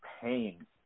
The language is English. pain